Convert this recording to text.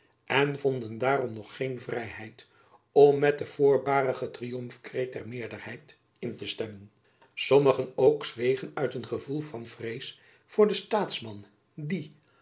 en vonden daarom nog geen vrijheid om met den voorbarigen triomfkreet der meerderheid in te stemmen sommigen ook zwegen uit een gevoel van vrees voor den staatsman die